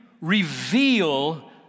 reveal